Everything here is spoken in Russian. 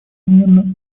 несомненно